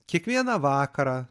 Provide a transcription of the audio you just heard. kiekvieną vakarą